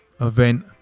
event